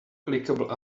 clickable